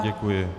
Děkuji.